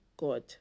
god